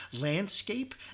landscape